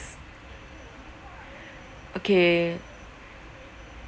okay